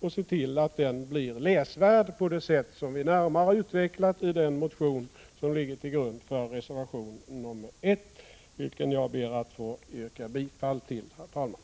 och se till att den blir läsvärd på det sätt som vi närmare utvecklat i den motion som ligger till grund för reservation nr 1, vilken jag ber att få yrka bifall till, herr talman.